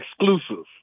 exclusive